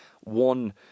one